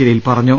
ജലീൽ പറ ഞ്ഞു